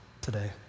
today